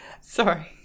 Sorry